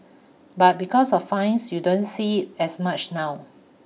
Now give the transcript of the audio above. but because of fines you don't see as much now